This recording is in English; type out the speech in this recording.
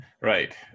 right